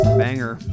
banger